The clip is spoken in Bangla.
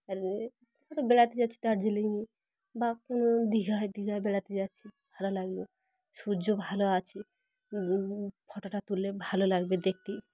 আর বেড়াতে যাচ্ছি দার্জিলিংয়ে বা কোনো দীঘায় দীঘায় বেড়াতে যাচ্ছি ভালো লাগবে সূর্য ভালো আছে ফটোটা তুললে ভালো লাগবে দেখতে